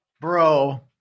bro